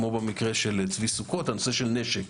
כמו במקרה של צבי סוכות נושא הנשק.